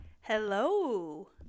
hello